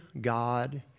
God